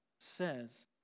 says